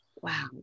wow